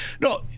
No